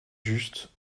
juste